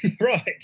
Right